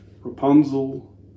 Rapunzel